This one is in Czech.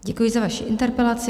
Děkuji za vaši interpelaci.